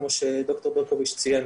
כמו שד"ר ברקוביץ ציין.